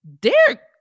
Derek